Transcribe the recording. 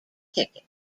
ticket